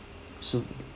so